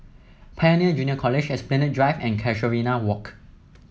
Pioneer Junior College Esplanade Drive and Casuarina Walk